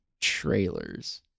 trailers